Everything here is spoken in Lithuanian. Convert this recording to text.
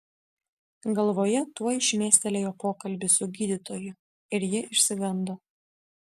galvoje tuoj šmėstelėjo pokalbis su gydytoju ir ji išsigando